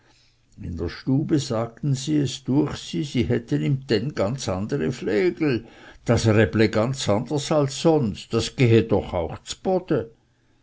in der stube sagten sie es düech sie sie hätten im tenn ganz andere flegel das räble ganz anders als sonst das gehe doch auch zbode